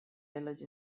village